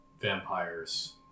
vampires